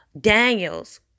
Daniels